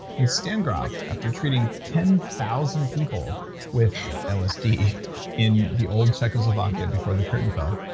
and stan grof, after treating ten thousand people with lsd in the old cycles of, ah and before the curtain fell,